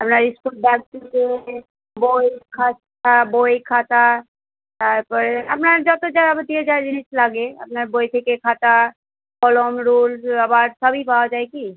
আপনার school bag থেকে বই খাতা বই খাতা তারপরে আপনার যতো যাবতীয় যা জিনিস লাগে আপনার বই থেকে খাতা কলম রোল রবার সবই পাওয়া যায় কি